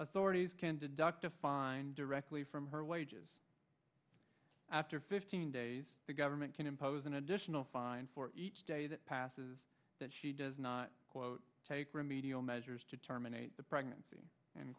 authorities can deduct a fine directly from her wages after fifteen days the government can impose an additional fine for each day that passes that she does not take remedial measures to terminate the pregnancy and